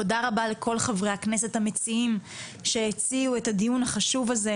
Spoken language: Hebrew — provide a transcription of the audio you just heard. תודה רבה לכל חברי הכנסת המציעים שהציעו את הדיון החשוב הזה,